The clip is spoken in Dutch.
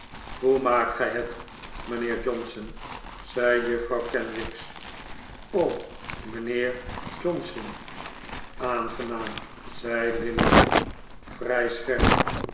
hoe maakt gij het mijnheer johnson zei juffrouw kenwigs oom mijnheer johnson aangenaam zei lillyvick vrij scherp